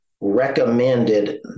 recommended